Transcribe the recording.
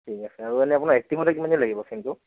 ঠিক আছে আৰু এনেই আপোনাৰ একটিভ হওঁতে কিমান দিন লাগিব চিমটো